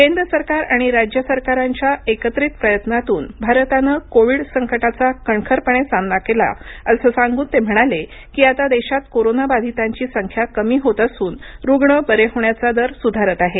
केंद्र सरकार आणि राज्य सरकारांच्या एकत्रित प्रयत्नातून भारतानं कोविड संकटाचा कणखरपणे सामना केला असं सांगून ते म्हणाले की आता देशात कोरोनाबाधितांची संख्या कमी होत असून रुग्ण बरे होण्याचा दर सुधारत आहे